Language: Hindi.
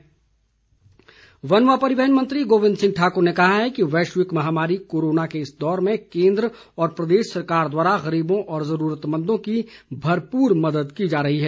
गोविंद ठाकुर वन व परिवहन मंत्री गोविंद ठाकुर ने कहा है कि वैश्विक महामारी कोरोना के इस दौर में केन्द्र और प्रदेश सरकार द्वारा गरीबों व ज़रूरतमंदों की भरपूर मदद की जा रही है